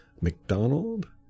McDonald